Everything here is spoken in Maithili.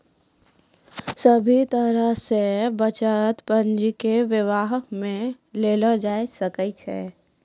सभे तरह से बचत पंजीके वेवहार मे लेलो जाय सकै छै